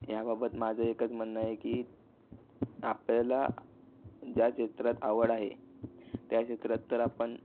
ह्याबाबत माझं एकच म्हणणं आहे की आपल्याला ज्या क्षेत्रात आवड आहे त्या क्षेत्रात तर आपण